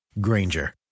Granger